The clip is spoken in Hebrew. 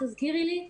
תזכירי לי".